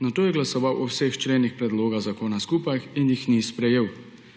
Nato je glasoval o vseh členih predloga zakona skupaj in jih ni sprejel.